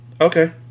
Okay